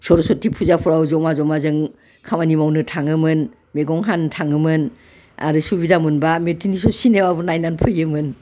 सरसथि फुजाफ्राव जमा जमा जों खामानि मावनो थाङोमोन मैगं हानो थाङोमोन आरो सुबिदा मोनब्ला मेथिनिस' सिनेमाबो नायनानै फैयोमोन